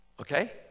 okay